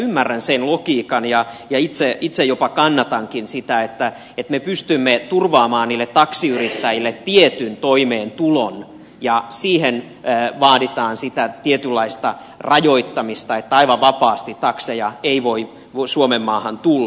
ymmärrän sen logiikan ja itse jopa kannatankin sitä että me pystymme turvaamaan niille taksiyrittäjille tietyn toimeentulon ja siihen vaaditaan sitä tietynlaista rajoittamista että aivan vapaasti takseja ei voi suomenmaahan tulla